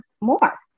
more